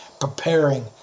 preparing